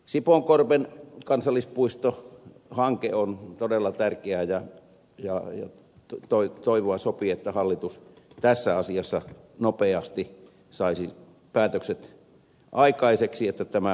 sipoonkorven kansallispuistohanke on todella tärkeä ja toivoa sopii että hallitus tässä asiassa nopeasti saisi päätökset aikaiseksi että tämä sipoonkorven kansallispuisto tehtäisiin